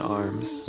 arms